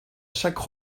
chaque